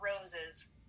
roses